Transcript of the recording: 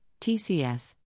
TCS